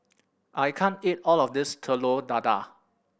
I can't eat all of this Telur Dadah